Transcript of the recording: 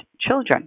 children